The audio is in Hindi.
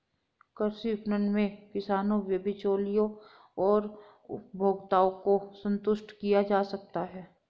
कृषि विपणन में किसानों, बिचौलियों और उपभोक्ताओं को संतुष्ट किया जा सकता है